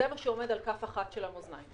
זה מה שעומד על כף אחת של המאזניים.